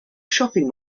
shopping